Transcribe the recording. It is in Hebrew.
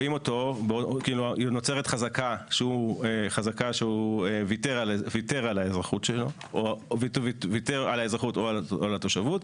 נוצרת חזקה שהוא ויתר על האזרחות שלו או על התושבות,